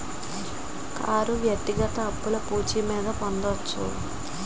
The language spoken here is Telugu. కారు వ్యక్తిగత అప్పులు పూచి మీద పొందొచ్చు